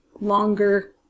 longer